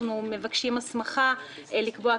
אנחנו מבקשים הסמכה לקבוע,